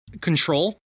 Control